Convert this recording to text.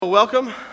Welcome